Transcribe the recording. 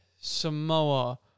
Samoa